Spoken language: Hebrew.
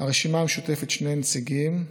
הרשימה המשותפת, שני נציגים,